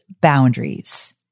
boundaries